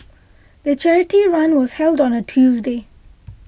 the charity run was held on a Tuesday